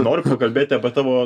noriu pakalbėti apie tavo